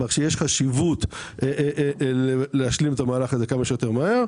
לכן יש חשיבות להשלים את המהלך הזה כמה שיותר מהר.